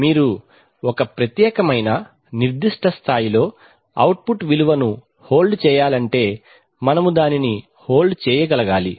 మీరు ఒక ప్రత్యేకమైన నిర్దిష్ట స్థాయిలో అవుట్ పుట్ విలువను హోల్డ్ చేయాలంటే మనము దానిని హోల్డ్ చేయ గలగాలి